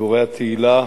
גיבורי התהילה,